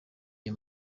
iyo